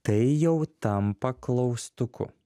tai jau tampa klaustuku